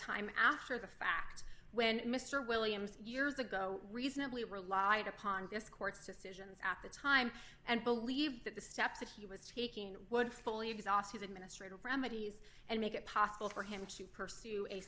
time after the fact when mr williams years ago reasonably rely upon this court's decisions at the time and believe that the steps that he was taking would fully exhaust his administrative remedies and make it possible for him to pursue a